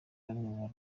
bamwe